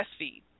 breastfeed